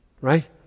Right